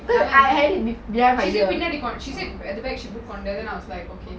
she said பின்னாடி:pinaadi she said at the back she put கொண்ட:konda then I was like okay